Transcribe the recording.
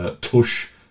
tush